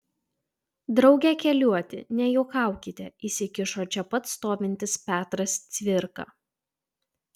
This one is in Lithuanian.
drauge keliuoti nejuokaukite įsikišo čia pat stovintis petras cvirka